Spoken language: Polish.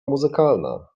muzykalna